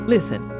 Listen